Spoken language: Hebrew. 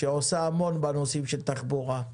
שעושה המון בנושאים של תחבורה,